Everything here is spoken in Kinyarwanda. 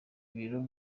biro